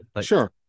sure